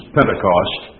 Pentecost